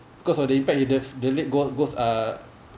because of the impact his the leg goes goes uh